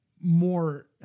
more